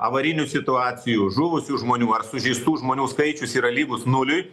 avarinių situacijų žuvusių žmonių ar sužeistų žmonių skaičius yra lygus nuliui